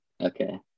Okay